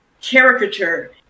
caricature